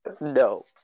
No